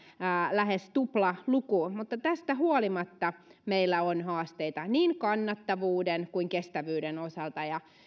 lähes tuplaluku mutta tästä huolimatta meillä on haasteita niin kannattavuuden kuin kestävyyden osalta